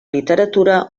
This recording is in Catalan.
literatura